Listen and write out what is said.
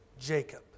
Jacob